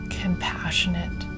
compassionate